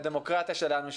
לדמוקרטיה שלנו,